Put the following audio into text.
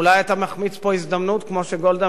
אולי אתה מחמיץ פה הזדמנות כמו שגולדה